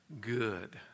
good